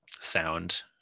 sound